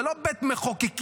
זה לא בית מחוקקים,